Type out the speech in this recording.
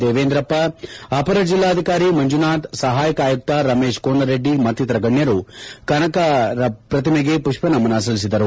ದೇವೇಂದ್ರಪ್ಪ ಅಪರ ಜಿಲ್ಲಾಧಿಕಾರಿ ಮಂಜುನಾಥ್ ಸಹಾಯಕ ಆಯುಕ್ತ ರಮೇಶ್ ಕೋನರೆಡ್ಡಿ ಮತ್ತಿತರ ಗಣ್ಯರು ಕನಕನ ಪ್ರತಿಮೆಗೆ ಪುಷ್ಟನಮನ ಸಲ್ಲಿಸಿದರು